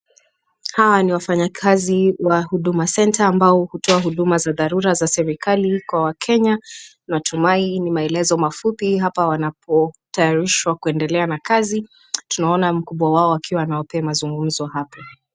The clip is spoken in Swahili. Hawa ni wafanyakazi wa huduma centre ambao hutoa huduma za dharura za serikali kwa wakenya natumai ni maelezo mafupi hapa wanapotayarishwa kuendelea na kazi tunaona mkubwa wao akiwapea mazungumzo hapo.